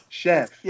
chef